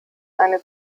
eine